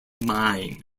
mine